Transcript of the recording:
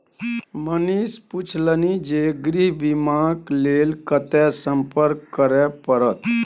मनीष पुछलनि जे गृह बीमाक लेल कतय संपर्क करय परत?